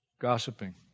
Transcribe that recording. gossiping